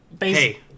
Hey